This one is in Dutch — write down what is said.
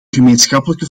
gemeenschappelijke